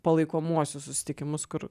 palaikomuosius susitikimus kur